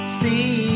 see